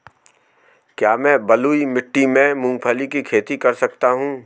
क्या मैं बलुई मिट्टी में मूंगफली की खेती कर सकता हूँ?